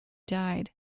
died